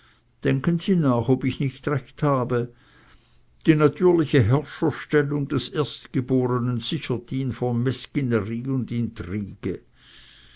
denken sie nach ob ich nicht recht habe die natürliche herrscherstellung des erstgeborenen sichert ihn vor mesquinerie und intrigue